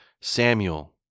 Samuel